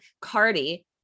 Cardi